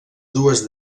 dues